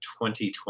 2020